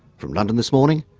from london this morning,